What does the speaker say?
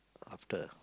after